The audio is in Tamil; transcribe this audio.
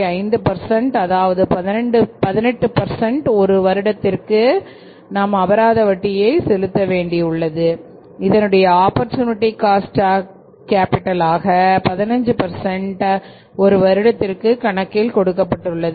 5 அதாவது 18 ஒருவர் இடத்திற்கு நாம் அபராத வட்டியை செலுத்த வேண்டியுள்ளது இதனுடைய ஆப்பர்சூனிட்டி காஸ்ட் ஆஃ கேபிடல்15 ஒரு வருடத்திற்கு கணக்கில் கொடுக்கப்பட்டுள்ளது